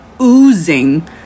oozing